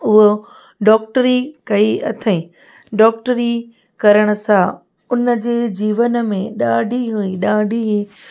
उहो डॉक्टरी कई अथईं डॉक्टरी करण सां उनजे जीवन में ॾाढी ई ॾाढी ई